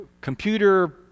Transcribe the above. computer